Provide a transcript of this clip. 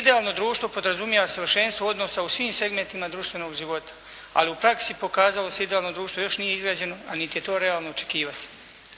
Idealno društvo podrazumijeva savršenstvo odnosa u svim segmentima društvenog života ali u praksi pokazalo se idealno društvo još nije izgrađeno a niti je to realno očekivati.